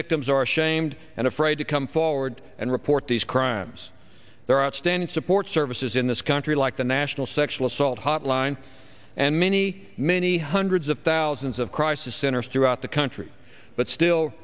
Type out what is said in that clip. victims are ashamed and afraid to come forward and report these crimes there are outstanding support services in this country like the national sexual assault hotline and many many hundreds of thousands of crisis centers throughout the country but still